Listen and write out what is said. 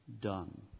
done